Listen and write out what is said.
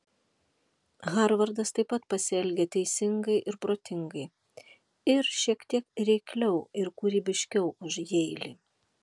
harvardas taip pat pasielgė teisingai ir protingai ir šiek tiek reikliau ir kūrybiškiau už jeilį